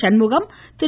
Shanmugam Thiru